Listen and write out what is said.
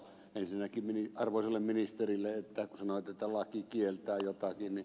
ensinnäkin arvoisalle ministerille kun sanoitte että laki kieltää jotakin